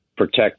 protect